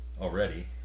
Already